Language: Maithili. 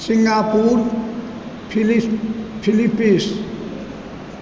Singapore Philippines